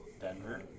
Denver